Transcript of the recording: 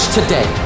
today